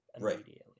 immediately